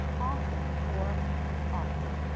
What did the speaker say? often or often.